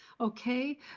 Okay